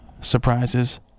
surprises